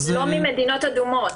לא ממדינות אדומות.